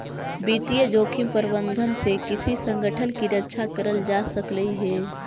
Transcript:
वित्तीय जोखिम प्रबंधन से किसी संगठन की रक्षा करल जा सकलई हे